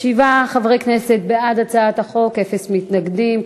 שבעה חברי כנסת בעד הצעת החוק, אין מתנגדים.